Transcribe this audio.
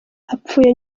apfuye